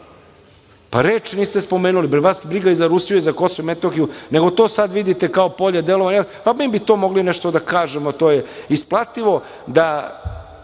reč niste spomenuli, vas briga i za Rusiju i za Kosovo i Metohiju, nego to sad vidite kao polje delovanja, a mi bi to mogli nešto da kažemo to je isplativo da